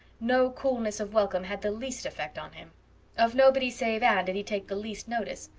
no coolness of welcome had the least effect on him of nobody save anne did he take the least notice.